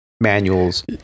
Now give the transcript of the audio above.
manuals